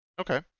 Okay